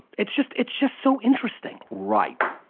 it's just it's just so interesting. right.